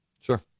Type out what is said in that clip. Sure